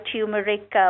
turmeric